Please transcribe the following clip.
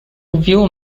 view